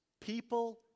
people